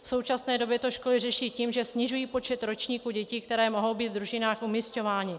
V současné době to školy řeší tím, že snižují počet ročníků dětí, které mohou být v družinách umisťovány.